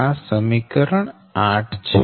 આ સમીકરણ 8 છે